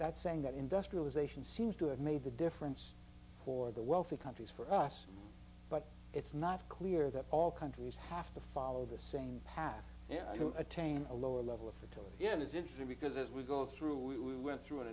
that's saying that industrialization seems to have made the difference for the wealthy countries for us but it's not clear that all countries have to follow the same path and attain a lower level of fertility again is interim because as we go through we went through an